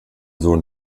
sohn